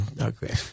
okay